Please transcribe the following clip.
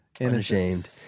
Unashamed